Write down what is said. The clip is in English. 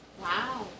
Wow